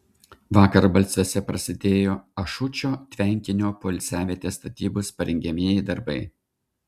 vakar balsiuose prasidėjo ašučio tvenkinio poilsiavietės statybos parengiamieji darbai